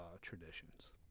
traditions